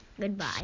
Goodbye